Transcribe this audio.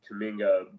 Kaminga